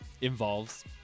involves